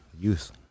Youth